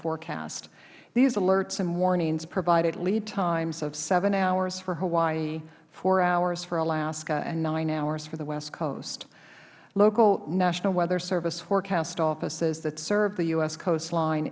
forecasts these alerts and warnings provided lead times of seven hours for hawaii four hours for alaska and nine hours for the west coast local and national weather service forecast offices that serve the u s coastline